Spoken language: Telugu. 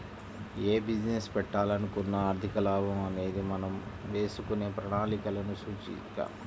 యే బిజినెస్ పెట్టాలనుకున్నా ఆర్థిక లాభం అనేది మనం వేసుకునే ప్రణాళికలకు సూచిక